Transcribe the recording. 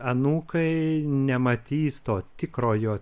anūkai nematys to tikrojo